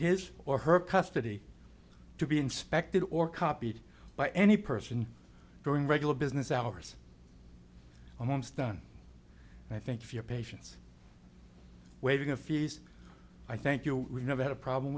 his or her custody to be inspected or copied by any person during regular business hours almost done i think if your patients waiting a few days i thank you we never had a problem